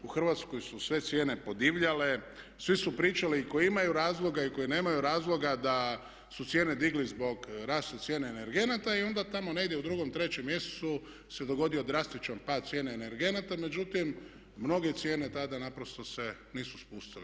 U Hrvatskoj su sve cijene podivljale, svi su pričali i koji imaju razloga i koji nemaju razloga da su cijene digli zbog rasta cijene energenata i onda tamo negdje u 2., 3. mjesecu se dogodio drastičan pad cijena energenata međutim mnoge cijene tada naprosto se nisu spustile.